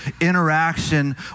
interaction